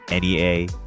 NEA